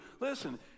listen